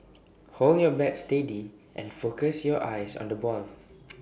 hold your bat steady and focus your eyes on the ball